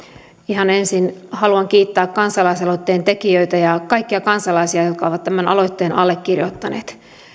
ihan ensin haluan kiittää kansalaisaloitteen tekijöitä ja kaikkia kansalaisia jotka ovat tämän aloitteen allekirjoittaneet